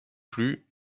plus